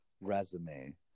resume